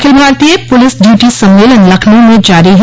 अखिल भारतीय police duty सम्मेलन लखनऊ में जारी है